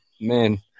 man